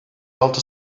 altı